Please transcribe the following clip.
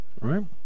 Right